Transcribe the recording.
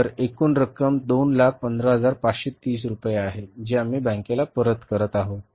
तर एकूण रक्कम 215530 रुपये आहे जी आम्ही बँकेला परत करत आहोत